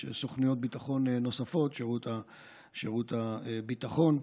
יש סוכנויות ביטחון נוספות, שירות הביטחון,